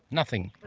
nothing.